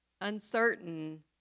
uncertain